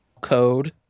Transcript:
code